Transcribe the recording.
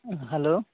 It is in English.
hello